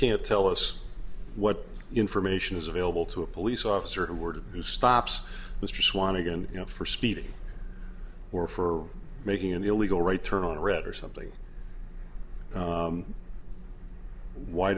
can't tell us what information is available to a police officer who were who stops mr swan again you know for speeding or for making an illegal right turn on red or something